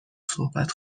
صحبت